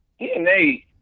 DNA